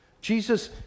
Jesus